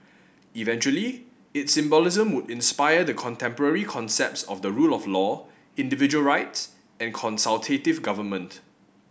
eventually its symbolism would inspire the contemporary concepts of the rule of law individual rights and consultative government